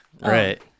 Right